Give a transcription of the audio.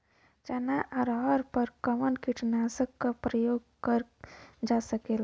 चना अरहर पर कवन कीटनाशक क प्रयोग कर जा सकेला?